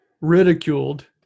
ridiculed